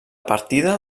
partida